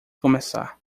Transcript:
começar